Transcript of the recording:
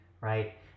right